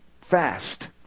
fast